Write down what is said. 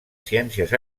ciències